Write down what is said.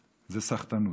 זו סחטנות.